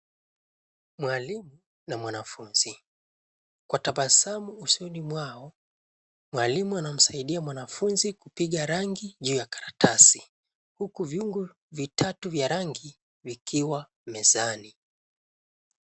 Mwalimu na mwanafunzi kwa tabasamu usoni mwao. Mwalimu anamsaidia mwanafunzi kupiga rangi juu ya karatasi huku viungu vitatu vya rangi vikiwa mezani.